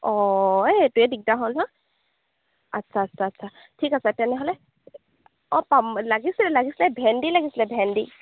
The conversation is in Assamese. অঁ এই সেইটোৱেই দিগদাৰ হ'ল নহয় আচ্ছা আচ্ছা আচ্ছা ঠিক আছে তেনেহ'লে অঁ পাম লাগিছিলে লাগিছিলে এই ভেণ্ডি লাগিছিলে ভেণ্ডি